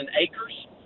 acres